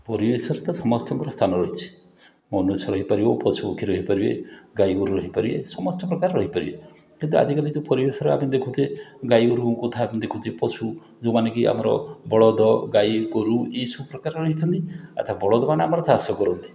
ପରିବେଶରେ ତ ସମସ୍ତଙ୍କର ସ୍ଥାନ ରହିଛି ମନୁଷ୍ୟ ରହିପାରିବ ପଶୁପକ୍ଷୀ ରହିପାରିବେ ଗାଈ ଗୋରୁ ରହିପାରିବେ ସମସ୍ତେ ପ୍ରକାର ରହିପାରିବେ କିନ୍ତୁ ଆଜିକାଲି ଯେଉଁ ପରିବେଶର ଆମେ ଦେଖୁଚେ ଗାଈ ଗୋରୁଙ୍କ କଥା ଦେଖୁଛେ ପଶୁ ଯେଉଁମାନେ କି ଆମର ବଳଦ ଗାଈ ଗୋରୁ ଏଇ ସବୁ ପ୍ରକାରର ରହିଛନ୍ତି ଆଚ୍ଛା ବଳଦମାନେ ଆମର ଚାଷ କରନ୍ତି